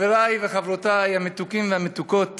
חברי וחברותי המתוקים והמתוקות